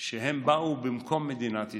שהן באו במקום מדינת ישראל.